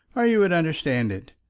or you would understand it.